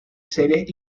series